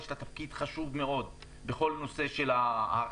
יש לה תפקיד חשוב מאוד בכל נושא האכיפה,